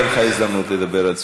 תהיה לך הזדמנות לדבר על ציונות.